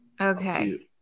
Okay